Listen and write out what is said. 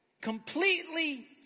completely